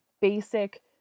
basic